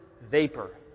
vapor